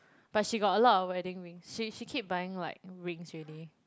but she got a lot of wedding rings she she keep buying like rings already